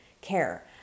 care